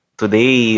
today